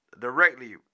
directly